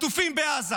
חטופים בעזה